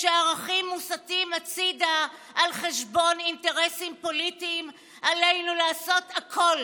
כשערכים מוסטים הצידה על חשבון אינטרסים פוליטיים עלינו לעשות הכול